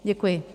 Děkuji.